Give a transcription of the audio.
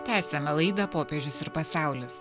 tęsiame laidą popiežius ir pasaulis